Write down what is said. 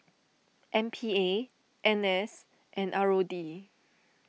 M P A N S and R O D